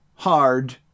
Hard